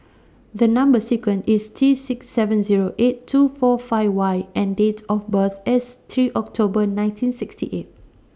The Number sequence IS T six seven Zero eight two four five Y and Date of birth IS three October nineteen sixty eight